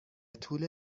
طول